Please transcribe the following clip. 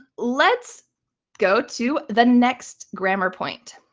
let's go to the next grammar point.